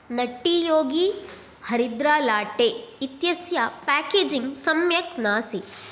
Nutty Yogi हरिद्रा latte इत्यस्य packaging सम्यक् नासीत्